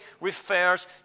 refers